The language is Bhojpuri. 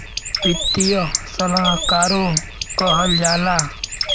वित्तीय सलाहकारो कहल जाला